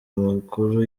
amakuru